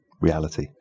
reality